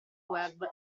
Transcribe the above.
web